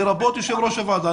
לרבות יושב ראש הוועדה,